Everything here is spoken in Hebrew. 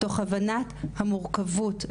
תוך הבנת המורכבות,